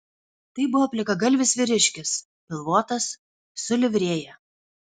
tai buvo plikagalvis vyriškis pilvotas su livrėja